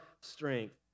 strength